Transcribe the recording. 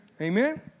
Amen